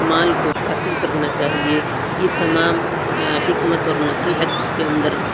مال کو حاصل کرنا چاہیے یہ تمام حکمت اور نصیحت اس کے اندر